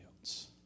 else